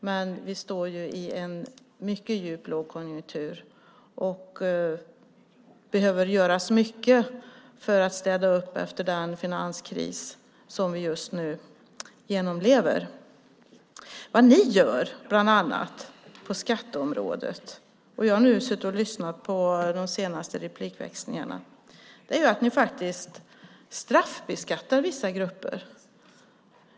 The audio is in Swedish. Men vi befinner oss i en mycket djup lågkonjunktur och det behöver göras mycket för att städa upp efter den finanskris som vi just nu genomlever. Vad ni bland annat gör på skatteområdet - jag har lyssnat på de senaste replikväxlingarna - är att ni faktiskt straffbeskattar vissa grupper.